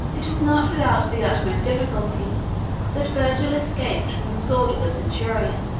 it was not without the utmost difficulty that virgil escaped from the sword of the centurion,